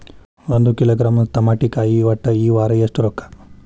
ಒಂದ್ ಕಿಲೋಗ್ರಾಂ ತಮಾಟಿಕಾಯಿ ಒಟ್ಟ ಈ ವಾರ ಎಷ್ಟ ರೊಕ್ಕಾ?